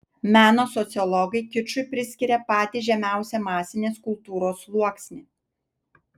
meno sociologai kičui priskiria patį žemiausią masinės kultūros sluoksnį